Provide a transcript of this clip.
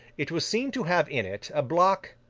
it was seen to have in it a block,